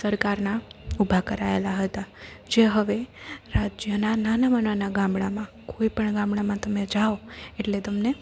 સરકારના ઊભા કરાયેલાં હતાં જે હવે રાજ્યમાં નાનામાં નાના ગામડાંમાં કોઈ પણ ગામડામાં તમે જાવ એટલે તમને